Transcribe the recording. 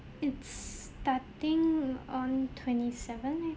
it's starting on twenty seven I